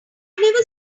never